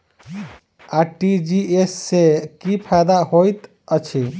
RTGS सँ की फायदा होइत अछि?